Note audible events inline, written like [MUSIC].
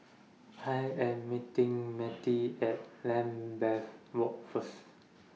[NOISE] I Am meeting Mettie At Lambeth Walk First